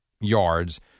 yards